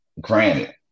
Granted